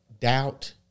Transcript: doubt